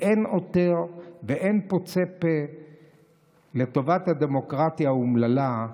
ואין עותר ואין פוצה פה לטובת הדמוקרטיה האומללה.